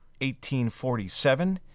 1847—